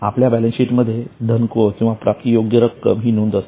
आपल्या balance sheet मध्ये धनको किंवा प्राप्तीयोग्य रक्कम ही नोंद असते